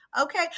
Okay